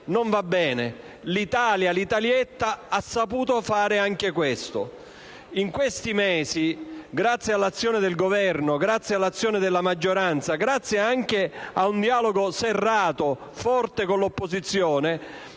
non va bene. L'Italia, l'italietta, ha saputo fare anche questo. In questi mesi, grazie all'azione del Governo e della maggioranza, grazie anche ad un dialogo serrato e forte con l'opposizione,